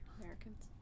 Americans